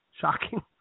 shocking